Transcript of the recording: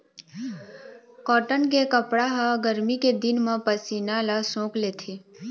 cotton के कपड़ा ह गरमी के दिन म पसीना ल सोख लेथे